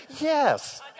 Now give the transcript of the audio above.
Yes